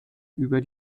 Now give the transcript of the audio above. über